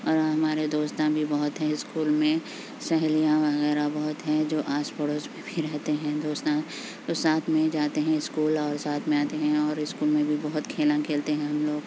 اور ہمارے دوستاں بھی بہت ہیں اسکول میں سہیلیاں وغیرہ بہت ہیں جو آس پڑوس میں بھی رہتے ہیں دوستاں وہ ساتھ میں جاتے ہیں اسکول اور ساتھ میں آتے ہیں اور اسکول میں بھی بہت کھیلا کھیلتے ہیں ہم لوگ